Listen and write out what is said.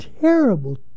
terrible